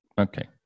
Okay